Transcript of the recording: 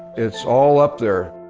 its all up there.